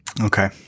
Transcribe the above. Okay